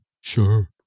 sure